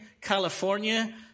California